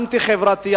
אנטי-חברתי,